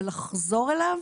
ולחזור אליו,